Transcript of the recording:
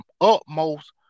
utmost